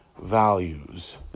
values